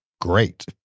great